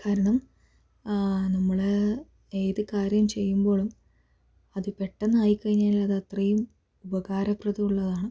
കാരണം നമ്മള് ഏത് കാര്യം ചെയ്യുമ്പോഴും അത് പെട്ടെന്ന് ആയിക്കഴിഞ്ഞാൽ അത് അത്രയും ഉപകാരപ്രദം ഉള്ളതാണ്